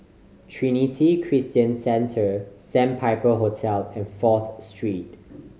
Trinity Christian Centre Sandpiper Hotel and Fourth Street